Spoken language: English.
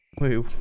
Wait